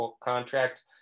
contract